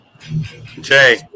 Jay